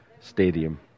stadium